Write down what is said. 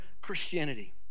Christianity